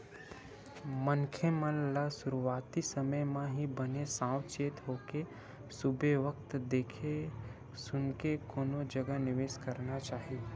मनखे मन ल सुरुवाती समे म ही बने साव चेत होके सुबेवत देख सुनके कोनो जगा निवेस करना चाही